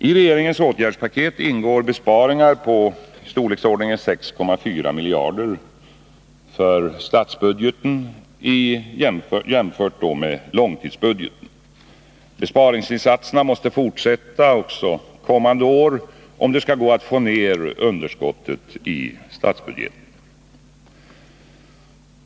I regeringens åtgärdspaket ingår besparingar på i storleksordningen 6,4 miljarder för statsbudgeten jämfört med långtidsbudgeten. Besparingsinsatserna måste fortsätta också kommande år om det skall gå att få ner underskottet i statsbudgeten.